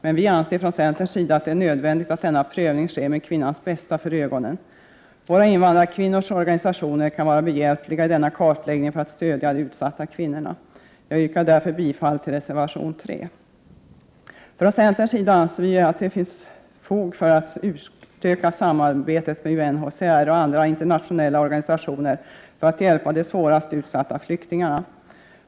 Men vi anser från centerns sida att det är nödvändigt att denna prövning sker med kvinnans bästa för ögonen. Våra invandrarkvinnors organisationer kan vara behjälpliga i denna kartläggning för att stödja de utsatta kvinnorna. Jag yrkar därför bifall till reservation 3. Från centerns sida anser vi att det nu finns fog för att utöka samarbetet med UNHCR och andra internationella organisationer för att hjälpa de svårast utsatta flyktingarna.